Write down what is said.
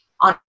on